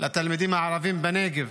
לתלמידים הערבים בנגב.